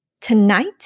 Tonight